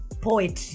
poetry